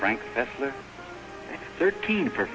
frank thirteen for